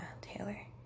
Taylor